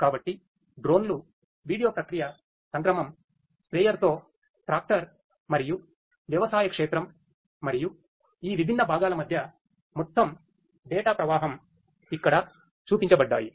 కాబట్టి డ్రోన్లు వీడియో ప్రక్రియ సంక్రమం స్ప్రేయర్తో ట్రాక్టర్ మరియు వ్యవసాయ క్షేత్రం మరియు ఈ విభిన్న భాగాల మధ్య మొత్తం డేటా ప్రవాహం ఇక్కడ చూపించబడ్డాయి